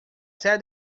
sede